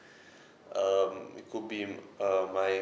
um could be uh my